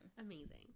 Amazing